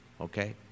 okay